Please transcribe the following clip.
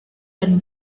dan